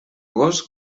gos